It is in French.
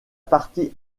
partie